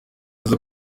aza